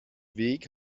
weg